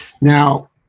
Now